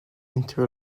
into